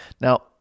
Now